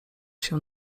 się